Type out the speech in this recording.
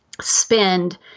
spend